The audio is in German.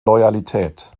loyalität